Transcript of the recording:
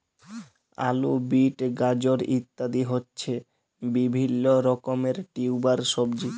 আলু, বিট, গাজর ইত্যাদি হচ্ছে বিভিল্য রকমের টিউবার সবজি